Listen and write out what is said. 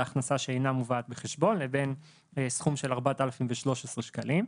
ההכנסה שאינה מובאת בחשבון לבין סכום של 4,013 שקלים.